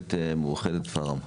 ברשת מאוחדת פארם.